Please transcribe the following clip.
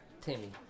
Timmy